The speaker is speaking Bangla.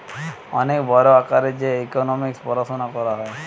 অনেক বড় আকারে যে ইকোনোমিক্স পড়াশুনা করা হয়